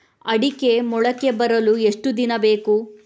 ಅಡಿಕೆ ಮೊಳಕೆ ಬರಲು ಎಷ್ಟು ದಿನ ಬೇಕು?